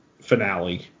finale